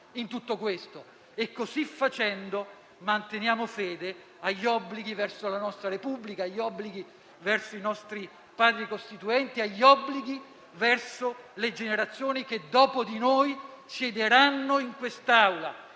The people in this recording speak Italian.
a tutto questo. Così facendo, manteniamo fede agli obblighi verso la nostra Repubblica, agli obblighi verso i nostri Padri costituenti, agli obblighi verso le generazioni che, dopo di noi, siederanno in quest'Aula.